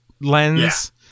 lens